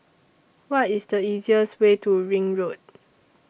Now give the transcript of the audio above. What IS The easiest Way to Ring Road